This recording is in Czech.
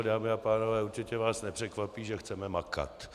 Dámy a pánové, určitě vás nepřekvapí, že chceme makat.